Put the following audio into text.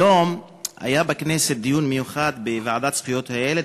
היום היה בכנסת דיון מיוחד בוועדה לזכויות הילד,